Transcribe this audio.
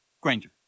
Granger